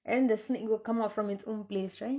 and then the snake will come out from it's own place right